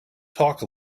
talk